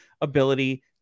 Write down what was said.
ability